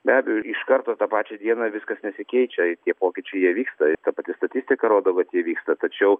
be abejo iš karto tą pačią dieną viskas nesikeičia ir tie pokyčiai jie įvyksta ir ta pati statistika rodo kad jie vyksta tačiau